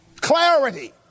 clarity